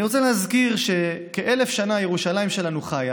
אני רוצה להזכיר שכ-1,000 שנה ירושלים שלנו חיה